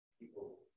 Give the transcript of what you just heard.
People